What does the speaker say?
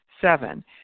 Seven